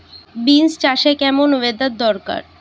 Beans চাষে কেমন weather দরকার?